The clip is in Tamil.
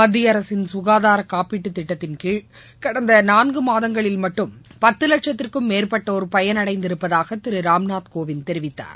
மத்திய அரசின் சுகாதார காப்பீட்டுத் திட்டத்தின் கீழ் கடந்த நான்கு மாதங்களில் மட்டும் பத்து லட்சத்திற்கும் மேற்பட்டோர் பயனடைந்திருப்பதாக திரு ராம்நாத் கோவிந்த் தெரிவித்தார்